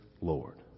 Lord